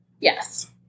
Yes